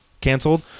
canceled